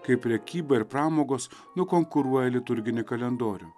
kai prekyba ir pramogos nukonkuruoja liturginį kalendorių